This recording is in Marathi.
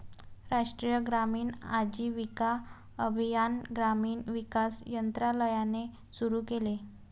राष्ट्रीय ग्रामीण आजीविका अभियान ग्रामीण विकास मंत्रालयाने सुरू केले